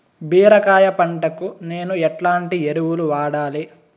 బీరకాయ పంటకు నేను ఎట్లాంటి ఎరువులు వాడాలి?